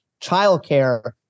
childcare